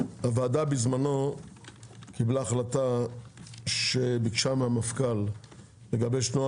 הוועדה בזמנו קיבלה החלטה שביקשה מהמפכ"ל לגבש נוהל